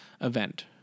event